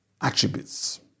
attributes